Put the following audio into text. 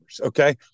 Okay